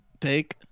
take